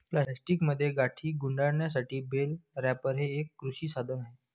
प्लास्टिकमध्ये गाठी गुंडाळण्यासाठी बेल रॅपर हे एक कृषी साधन आहे